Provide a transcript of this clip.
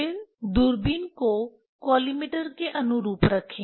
फिर दूरबीन को कॉलिमेटर के अनुरूप रखें